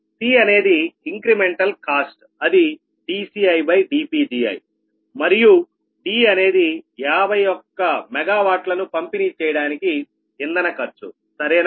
c అనేది incremental cost అది dCidPgiమరియు d అనేది 51 మెగా వాట్లను పంపిణీ చేయడానికి ఇంధన ఖర్చు సరేనా